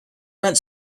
went